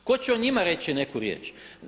Tko će o njima reći neku riječ?